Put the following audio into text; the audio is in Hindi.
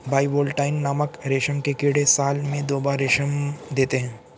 बाइवोल्टाइन नामक रेशम के कीड़े साल में दो बार रेशम देते है